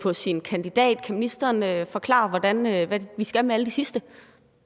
på deres kandidat. Kan ministeren forklare, hvad vi skal gøre med alle de